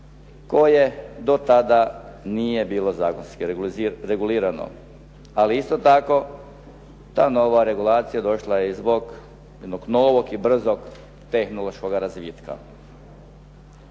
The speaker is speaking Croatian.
koje do tada nije bilo zakonski regulirano. Ali isto tako ta nova regulacija došla je zbog jednog novog i brzog tehnološkoga razvitka.